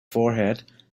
forehead